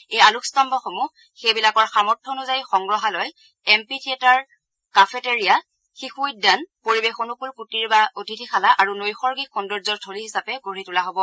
এই আলোকস্তম্ভসমূহ সেইবিলাকৰ সামৰ্থ অনুযায়ী সংগ্ৰাহালয় এমফি থিয়েটাৰ কাফেটেৰিয়া শিশু উদ্যান পৰিৱেশ অনুকুল কৃটিৰ বা অতিথিশালা আৰু নৈসৰ্গিক সৌন্দৰ্যৰ থলী হিচাপে গঢ়ি তোলা হ'ব